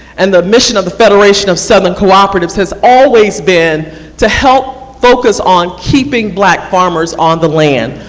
and the mission of the federation of southern cooperatives has always been to help focus on keeping black farmers on the land.